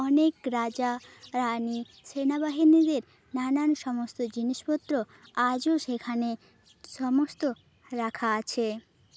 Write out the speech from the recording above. অনেক রাজা রানি সেনাবাহিনীদের নানান সমস্ত জিনিসপত্র আজও সেখানে সমস্ত রাখা আছে